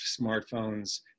smartphones